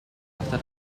after